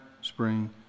spring